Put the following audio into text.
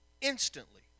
instantly